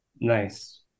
Nice